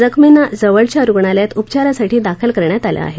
जखमींना जवळच्या रुग्णालयात उपचारासाठी दाखल करण्यात आलं आहे